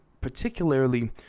particularly